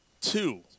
Two